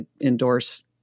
endorse